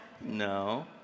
No